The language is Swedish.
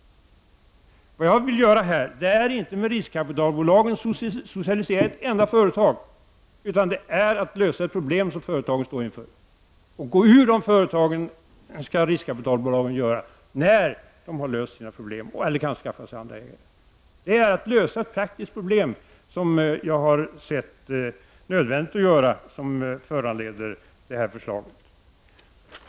Jag vill inte med hjälp av riskkapitalbolagen socialisera ett enda företag, utan det handlar om att lösa de problem som företagen står inför. Riskkapitalbolagen skall gå ur företagen när dessa har löst sina problem eller kan få andra ägare. Det framlagda förslaget föranleds alltså av att jag finner det nödvändigt att lösa praktiska problem.